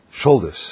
shoulders